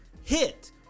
hit